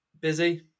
busy